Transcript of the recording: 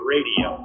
Radio